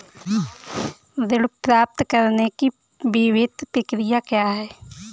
ऋण प्राप्त करने की विभिन्न प्रक्रिया क्या हैं?